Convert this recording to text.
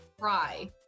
cry